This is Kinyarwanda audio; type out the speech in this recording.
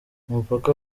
umupaka